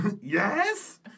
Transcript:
Yes